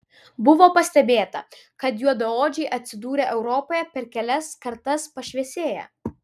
buvo pastebėta kad juodaodžiai atsidūrę europoje per kelias kartas pašviesėja